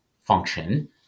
function